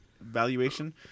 valuation